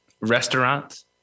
Restaurants